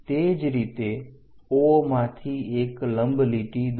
તે જ રીતે O માંથી એક લંબ લીટી દોરો